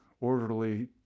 orderly